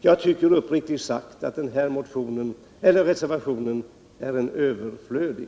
Jag tycker uppriktigt sagt att reservationen är överflödig.